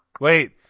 Wait